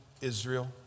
Israel